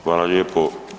Hvala lijepo.